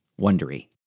Wondery